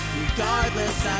Regardless